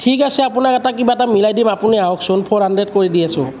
ঠিক আছে আপোনাক এটা কিবা এটা মিলাই দিম আপুনি আহকচোন ফ'ৰ হাণ্ড্ৰেড কৰি দি আছোঁ